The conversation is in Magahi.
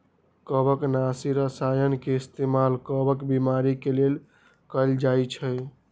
कवकनाशी रसायन के इस्तेमाल कवक बीमारी के लेल कएल जाई छई